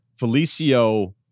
Felicio